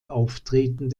auftreten